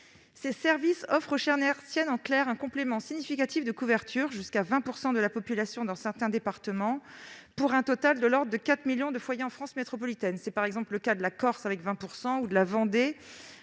Ces services offrent aux chaînes hertziennes en clair un complément significatif de couverture : jusqu'à 20 % de la population dans certains départements, pour un total de l'ordre de 4 millions de foyers en France métropolitaine. C'est par exemple le cas de la Corse, avec 20 %, ou de la Vendée,